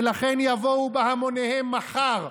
ולכן יבואו בהמוניהם מחר,